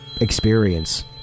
Experience